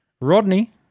Rodney